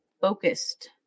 focused